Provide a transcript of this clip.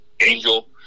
Angel